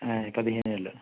పదిహేను ఏళ్ళు